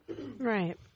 Right